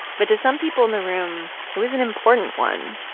but to some people in the room, it was an important one.